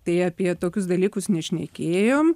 tai apie tokius dalykus nešnekėjom